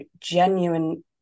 genuine